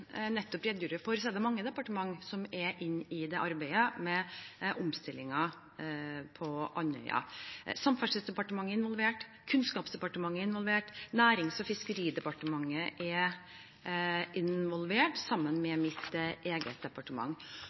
er inne i arbeidet med omstillingen på Andøya. Samferdselsdepartementet er involvert, Kunnskapsdepartementet er involvert, Nærings- og fiskeridepartementet er involvert, sammen med mitt eget departement.